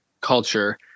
culture